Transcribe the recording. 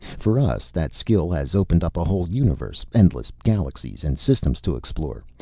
for us, that skill has opened up a whole universe, endless galaxies and systems to explore.